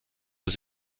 aux